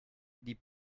die